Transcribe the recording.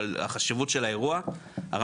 אבל החשיבות של האירוע גבוהה,